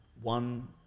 one